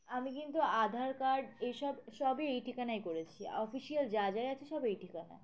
আমি কিন্তু আধার কার্ড এইসব সবই এই ঠিকানায় করেছি অফিসিয়াল যা যাই আছে সব এই ঠিকানায়